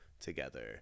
together